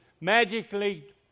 magically